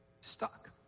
Stuck